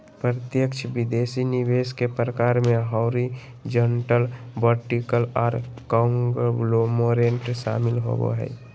प्रत्यक्ष विदेशी निवेश के प्रकार मे हॉरिजॉन्टल, वर्टिकल आर कांगलोमोरेट शामिल होबो हय